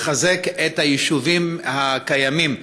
לחזק את היישובים הקיימים.